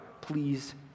please